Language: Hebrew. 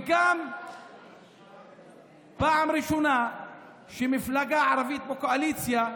זו גם פעם ראשונה שמפלגה ערבית בקואליציה,